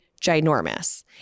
ginormous